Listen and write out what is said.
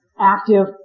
active